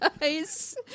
guys